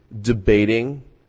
debating